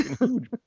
huge